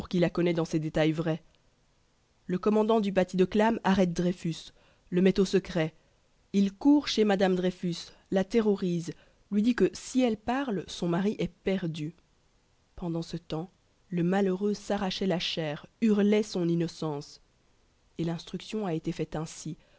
la connaît dans ses détails vrais le commandant du paty de clam arrête dreyfus le met au secret il court chez madame dreyfus la terrorise lui dit que si elle parle son mari est perdu pendant ce temps le malheureux s'arrachait la chair hurlait son innocence et l'instruction a été faite ainsi